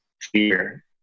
fear